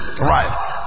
Right